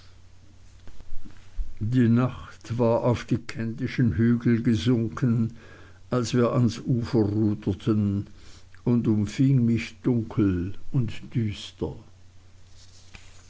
die nacht war auf die kentischen hügel gesunken als wir ans ufer ruderten und umfing mich dunkel und düster